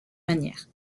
manière